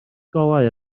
golau